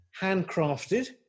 handcrafted